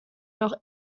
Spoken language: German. noch